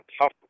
tough